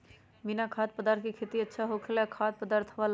बिना खाद्य पदार्थ के खेती अच्छा होखेला या खाद्य पदार्थ वाला?